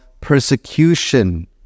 persecution